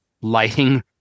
lighting